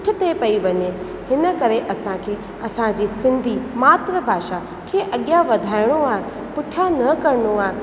पुठिते पई वञे हिन करे असांखे असांजी सिंधी मातृभाषा खे अॻियां वधाइणो आहे पुठियां न करिणो आहे